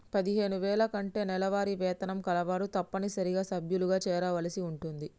పదిహేను వేల కంటే నెలవారీ వేతనం కలవారు తప్పనిసరిగా సభ్యులుగా చేరవలసి ఉంటుంది